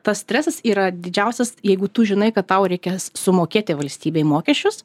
tas stresas yra didžiausias jeigu tu žinai kad tau reikės sumokėti valstybei mokesčius